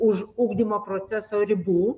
už ugdymo proceso ribų